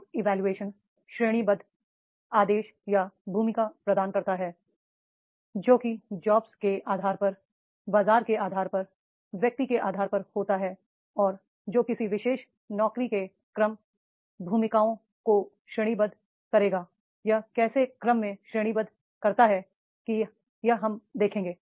job evolution श्रेणीबद्ध आदेश या भूमिका प्रदान करता है जो कि जॉब के आधार पर बाजार के आधार पर व्यक्ति के आधार पर होता है और जो किसी विशेष नौकरी की क्रम भूमिकाओं को श्रेणीबद्ध करेगा यह कैसे क्रम में श्रेणीबद्ध करता है कि यह हम देखेंगे